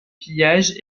pillages